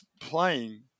playing